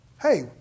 hey